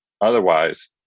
Otherwise